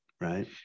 right